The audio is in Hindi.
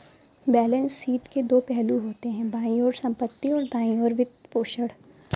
बैलेंस शीट के दो पहलू होते हैं, बाईं ओर संपत्ति, और दाईं ओर वित्तपोषण